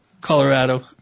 Colorado